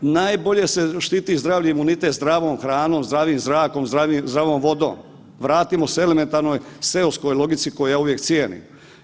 Najbolje se štiti zdravlje i imunitet zdravom hranom, zdravim zrakom, zdravom vodom, vratimo se elementarnoj seoskoj logici koju ja uvijek cijenim.